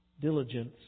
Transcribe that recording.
Diligence